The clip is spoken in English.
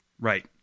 right